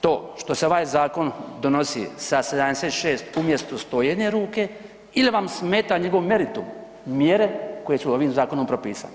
to što se ovaj zakon donosi sa 76 umjesto 101 ruke ili vam smeta njegov meritum, mjere koje su ovim zakonom propisane?